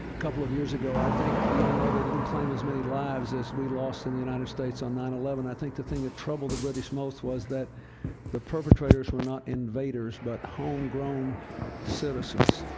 couple of years ago, i think even though they didn't claim as many lives as we lost in the united states on nine eleven, i think the thing that troubled the british most was that the perpetrators were not invaders, but homegrown citizens